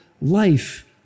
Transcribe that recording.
life